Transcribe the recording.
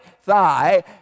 thigh